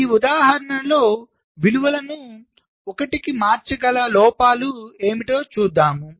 ఈ ఉదాహరణలో విలువలను 1 కి మార్చగల లోపాలు ఏమిటో చూద్దాం